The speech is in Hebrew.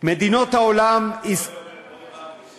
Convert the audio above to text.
מדינות העולם --- יואל אומר: